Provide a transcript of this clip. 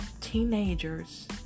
teenagers